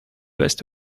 west